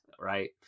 right